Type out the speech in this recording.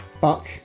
buck